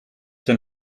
zijn